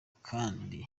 kandi